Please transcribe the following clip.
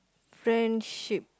friendship